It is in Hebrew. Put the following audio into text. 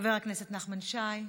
חבר הכנסת נחמן שי.